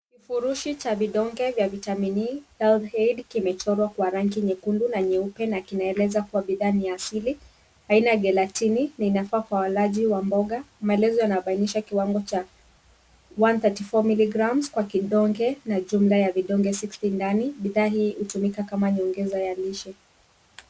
Vifurushi vya vidonge vya vitamini au thread kimechorwa kwa rangi nyekundu na nyeupe na kinaeleza kuwa bidhaa ni asili. Aina ya galatini inafaa kwa alaji ya mboga. Maelezo yanabainisha kiwango cha one 34 milligrams kwa kidonge na jumla ya hutumika kama nyongeza ya lishe.